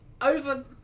over